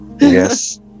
Yes